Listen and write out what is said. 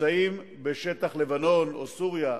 נמצאים בשטח לבנון או סוריה,